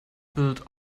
built